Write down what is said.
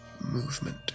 Movement